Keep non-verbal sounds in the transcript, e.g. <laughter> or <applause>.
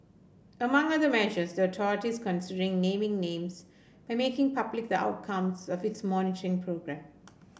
among other measures the <unintelligible> considering naming names by making public outcomes of its monitoring <unintelligible> programme